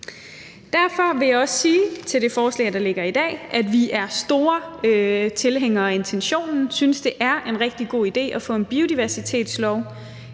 Derfor vil jeg også sige om det forslag, der ligger i dag, at vi er store tilhængere af intentionen og synes, at det er en rigtig god idé at få en biodiversitetslov.